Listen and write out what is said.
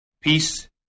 Peace